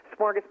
smorgasbord